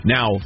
Now